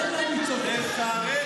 אתם הפכתם, בצה"ל.